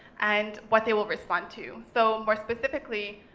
and what they will respond to. so more specifically,